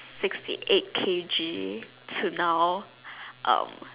sixty eight K_G to now um